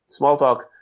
Smalltalk